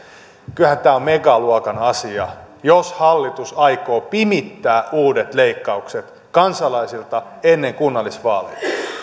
kyllähän tämä on megaluokan asia jos hallitus aikoo pimittää uudet leikkaukset kansalaisilta ennen kunnallisvaaleja